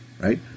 right